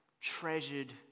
treasured